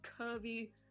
curvy